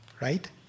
Right